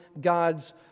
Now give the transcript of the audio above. God's